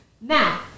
Now